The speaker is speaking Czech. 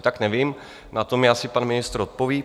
Tak nevím, na to mi asi pan ministr odpoví.